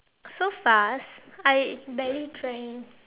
so fast I barely drank